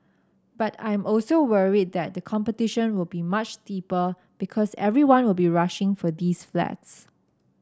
but I am also worried that competition will be much steeper because everyone will be rushing for these flats